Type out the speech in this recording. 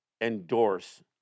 endorse